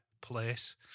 place